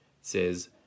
says